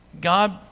God